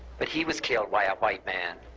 but he was killed by a white man.